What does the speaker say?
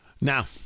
Now